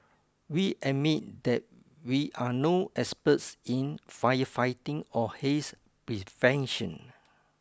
we admit that we are no experts in firefighting or haze prevention